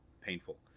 painful